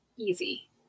Easy